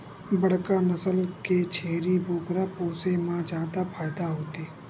बड़का नसल के छेरी बोकरा पोसे म जादा फायदा होथे